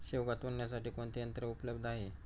शेवगा तोडण्यासाठी कोणते यंत्र उपलब्ध आहे?